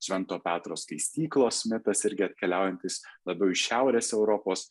švento petro skaistyklos mitas irgi atkeliaujantys labiau iš šiaurės europos